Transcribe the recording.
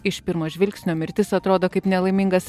iš pirmo žvilgsnio mirtis atrodo kaip nelaimingas